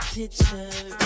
picture